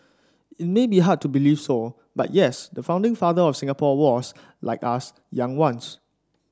it might be hard to believe so but yes the founding father of Singapore was like us young once